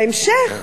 בהמשך,